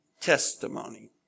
Testimony